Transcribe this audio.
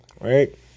right